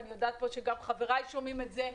אני יודעת שגם חבריי שומעים את זה.